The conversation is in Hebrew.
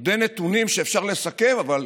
עוד אין נתונים שאפשר לסכם, אבל